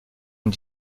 une